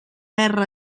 terra